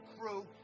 crew